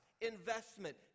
investment